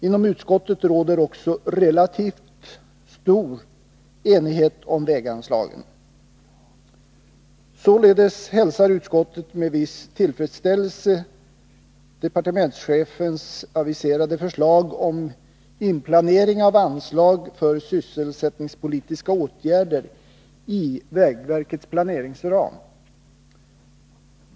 Inom utskottet råder också relativt stor enighet om väganslagen. Således hälsar utskottet med viss tillfredsställelse departementschefens aviserade förslag om inplanering av anslag för sysselsättningspolitiska åtgärder i vägverkets planeringsram.